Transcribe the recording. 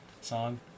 song